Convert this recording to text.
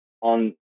on